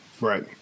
Right